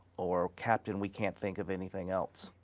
or captain we can't think of anything else.